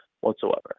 whatsoever